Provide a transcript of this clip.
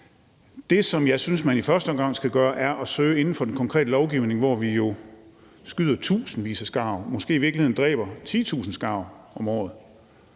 Det, som jeg synes man i første omgang skal gøre, er at søge inden for den konkrete lovgivning, hvor vi jo skyder tusindvis af skarv og måske i virkeligheden dræber titusindvis af skarv om året,